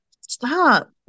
stop